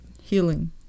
healing